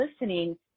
listening